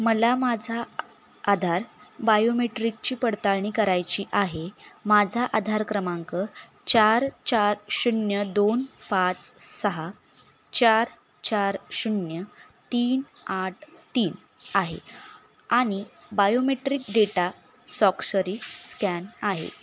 मला माझा आधार बायोमेट्रिकची पडताळणी करायची आहे माझा आधार क्रमांक चार चा शून्य दोन पाच सहा चार चार शून्य तीन आठ तीन आहे आणि बायोमेट्रिक डेटा स्वाक्षरी स्कॅन आहे